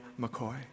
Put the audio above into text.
McCoy